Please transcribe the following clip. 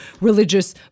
religious